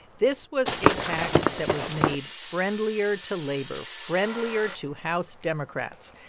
this was a pact that was made friendlier to labor, friendlier to house democrats.